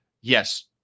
Yes